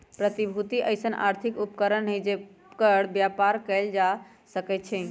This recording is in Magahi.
प्रतिभूति अइसँन आर्थिक उपकरण हइ जेकर बेपार कएल जा सकै छइ